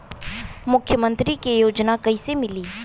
मुख्यमंत्री के योजना कइसे मिली?